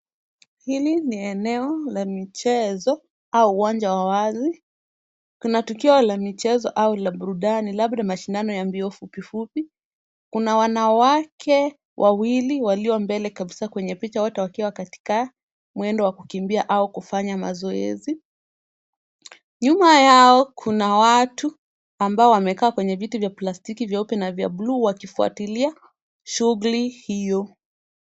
Hili ni eneo la michezo au uwanja wa wazi. Kuna tukio la michezo au la burudani labda mashindano ya mbio fupifupi. Kuna wanawake wawili walio mbele kabisa kwenye picha wote wakiwa katika mwendo wa kukimbia au kufanya mazoezi. Nyuma yao kuna watu ambao wamekaa kwenye viti vya plastiki vyeupe na vya bluu wakifuatilia shughuli hiyo.